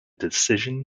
decision